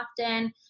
often